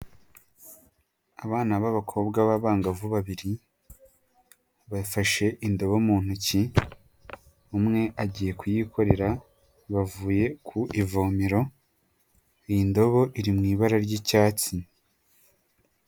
Abana b'abakobwa b'abangavu babiri bafashe indabo mu ntoki umwe agiye kuyikorera, bavuye ku ivomero iyi ndobo iri mu ibara ry'icyatsi.